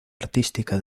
artística